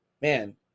man